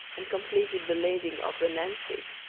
and completed the lading of the nancy,